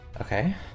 Okay